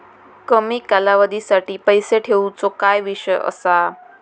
कमी कालावधीसाठी पैसे ठेऊचो काय विषय असा?